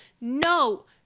No